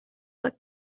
luck